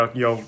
yo